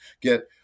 get